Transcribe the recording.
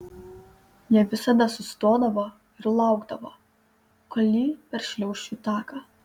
jie visada sustodavo ir laukdavo kol ji peršliauš jų taką